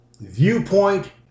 viewpoint